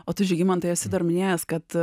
o tu žygimantai esi dar minėjęs kad